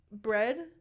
bread